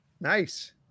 Nice